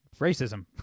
racism